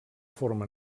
forma